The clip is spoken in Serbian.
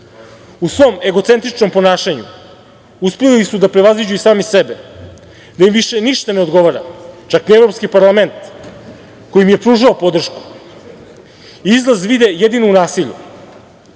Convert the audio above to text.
U svom egocentričnom ponašanju uspeli su da prevaziđu i sami sebe, da im više ništa ne odgovara, čak ni Evropski parlament, koji im je pružao podršku. Izlaz vide jedino u nasilju.U